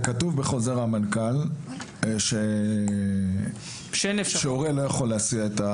זה כתוב בחוזר המנכ"ל שהורה לא יכול להסיע,